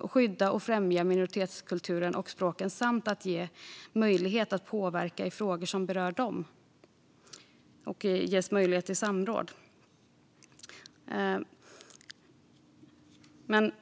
skydda och främja minoritetskulturen och språken samt ge de nationella minoriteterna möjlighet att påverka i frågor som berör dem och samråda med dem.